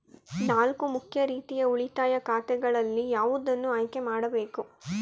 ನಾಲ್ಕು ಮುಖ್ಯ ರೀತಿಯ ಉಳಿತಾಯ ಖಾತೆಗಳಲ್ಲಿ ಯಾವುದನ್ನು ಆಯ್ಕೆ ಮಾಡಬೇಕು?